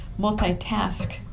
multitask